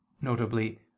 notably